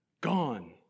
gone